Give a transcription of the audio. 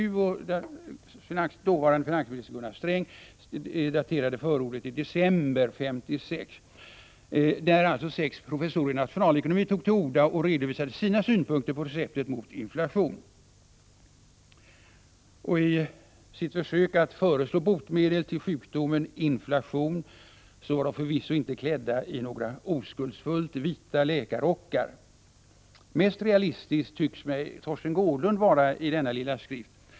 Finansminister Sträng daterade förordet i december 1956, och det var sex professorer i nationalekonomi som tog till orda och redovisade sina synpunkter på receptet mot inflation. I sitt försök att föreslå botemedel mot samhällssjukdomen inflation var de förvisso inte klädda i några oskuldsfullt vita läkarrockar. Mest realistisk tycks mig Torsten Gårdlund vara i den här skriften.